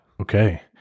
Okay